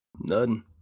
None